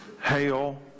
hail